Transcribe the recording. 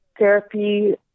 therapy